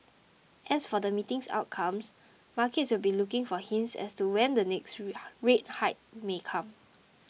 as for the meeting's outcome markets will be looking for hints as to when the next rate hike may come